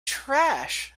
trash